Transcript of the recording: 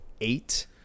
eight